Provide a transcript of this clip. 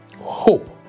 hope